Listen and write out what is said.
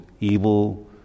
evil